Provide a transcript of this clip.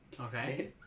Okay